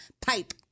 pipe